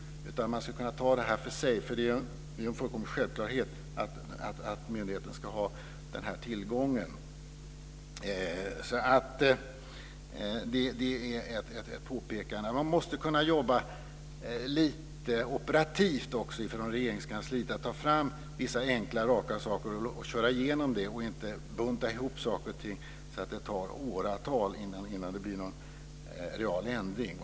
Man skulle kunna ta detta för sig. Det är en självklarhet att myndigheten ska ha tillgång till registret. Man måste kunna jobba operativt från Regeringskansliet och ta fram vissa enkla, raka saker och köra igenom dem i stället för att bunta ihop saker och ting så att det tar åratal innan det blir någon real ändring.